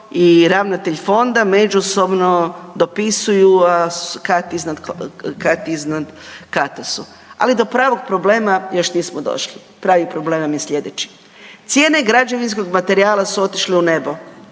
i ravnatelj Fonda međusobno dopisuju, a kad iznad kata su. Ali do pravog problema još nismo došli. Pravi problem nam je sljedeći. Cijene građevinskog materijala su otišle u nebo.